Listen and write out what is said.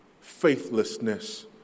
Faithlessness